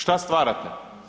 Što stvarate?